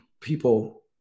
people